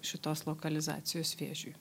šitos lokalizacijos vėžiui